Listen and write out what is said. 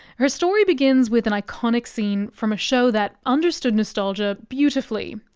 her story begins with an iconic scene from a show that understood nostalgia beautifully,